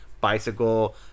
Bicycle